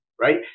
right